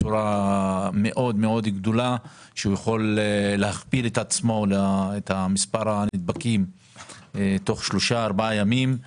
ויכול להכפיל את מספר הנדבקים תוך שלושה-ארבעה ימים.